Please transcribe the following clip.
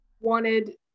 wanted